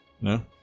No